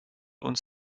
uns